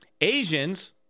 Asians